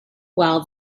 well